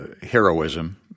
heroism